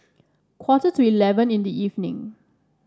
quarter to eleven in the evening